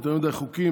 יותר מדי חוקים,